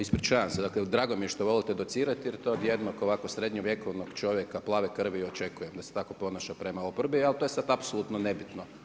Ispričavam se, dakle drago mi je što volite docirati jer to od jednog ovako srednjovjekovnog čovjeka plave krvi i očekujem da se tako ponaša prema oporbi, ali to je sad apsolutno nebitno.